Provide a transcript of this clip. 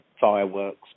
fireworks